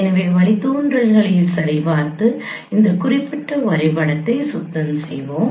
எனவே வழித்தோன்றல்களை சரிபார்த்து இந்த குறிப்பிட்ட வரைபடத்தை சுத்தம் செய்வோம்